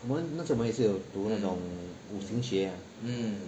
我们那时我们也是有读那种五行血 ah